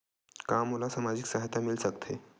का मोला सामाजिक सहायता मिल सकथे?